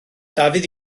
dafydd